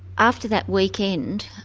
after that weekend,